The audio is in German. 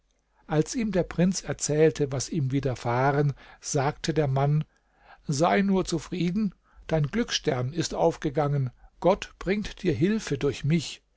als ihm der prinz erzählte was ihm widerfahren sagte der mann sei nur zufrieden dein glücksstern ist aufgegangen gott bringt dir hilfe durch mich